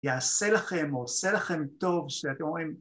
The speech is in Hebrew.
יעשה לכם, או עושה לכם טוב שאתם רואים